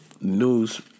news